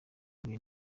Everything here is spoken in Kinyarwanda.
huye